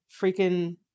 freaking